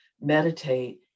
meditate